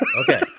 okay